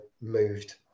moved